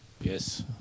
Yes